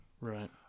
Right